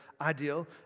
ideal